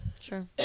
Sure